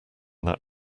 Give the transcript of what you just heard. that